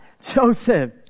Joseph